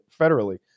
federally